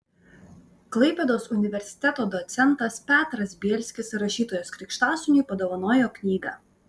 klaipėdos universiteto docentas petras bielskis rašytojos krikštasūniui padovanojo knygą